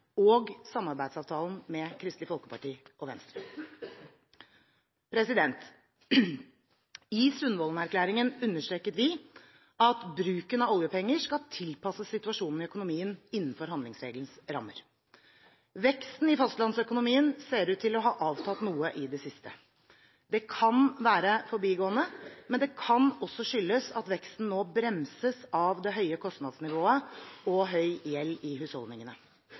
og samarbeidsavtalen med Kristelig Folkeparti og Venstre. I Sundvolden-erklæringen understreket vi at bruken av oljepenger skal tilpasses situasjonen i økonomien innenfor handlingsregelens rammer. Veksten i fastlandsøkonomien ser ut til å ha avtatt noe i det siste. Det kan være forbigående, men det kan også skyldes at veksten nå bremses av det høye kostnadsnivået og høy gjeld i husholdningene.